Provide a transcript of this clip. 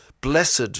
blessed